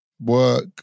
Work